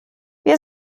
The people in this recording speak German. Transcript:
wir